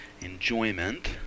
enjoyment